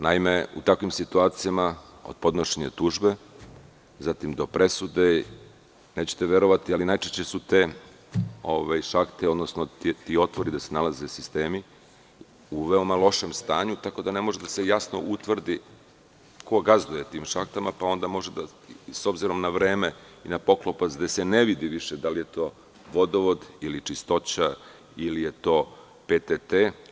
Naime, u takvim situacijama od podnošenja tužbe do presude, nećete verovati, ali najčešće su te šahte, odnosno ti otvori gde se nalaze sistema u veoma lošem stanju, tako da ne može jasno da se utvrdi ko gazduje tim šahtama pa onda može, s obzirom na vreme i na poklopac, da se ne vidi više da li je to vodovod ili čistoća ili je to PTT.